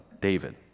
David